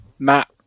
Matt